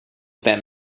that